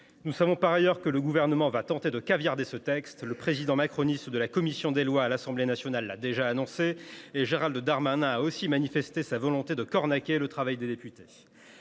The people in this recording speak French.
Nous savons par ailleurs que le Gouvernement va tenter de « caviarder » ce texte : le président macroniste de la commission des lois de l’Assemblée nationale l’a déjà annoncé et Gérald Darmanin a aussi manifesté sa volonté de cornaquer le travail des députés.